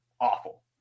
awful